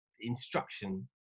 instruction